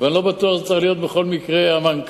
ואני לא בטוח שזה צריך להיות בכל מקרה המנכ"ל.